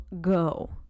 go